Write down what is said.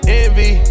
envy